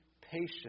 patient